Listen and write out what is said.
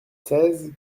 seize